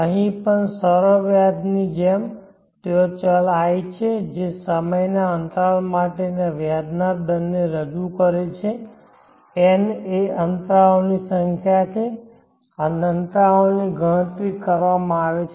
અહીં પણ સરળ વ્યાજની જેમ ત્યાં ચલ i છે જે સમયના અંતરાલ માટેના વ્યાજના દરને રજૂ કરે છે n એ અંતરાલોની સંખ્યા છે અને અંતરાલોની ગણતરી કરવામાં આવે છે